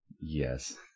Yes